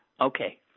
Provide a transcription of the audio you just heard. Okay